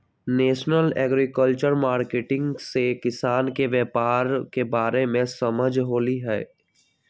national agriculture market से किसान के व्यापार के बारे में समझ होलई ह